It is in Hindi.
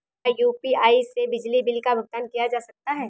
क्या यू.पी.आई से बिजली बिल का भुगतान किया जा सकता है?